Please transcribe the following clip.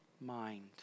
mind